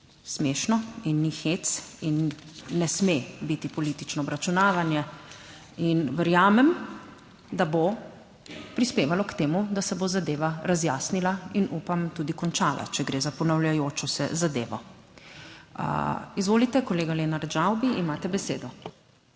smešno in ni hec in ne sme biti politično obračunavanje. In verjamem, da bo prispevalo k temu, da se bo zadeva razjasnila in upam, tudi končala, če gre za ponavljajočo se zadevo. Izvolite, kolega Lenart Žavbi, imate besedo.